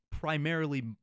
primarily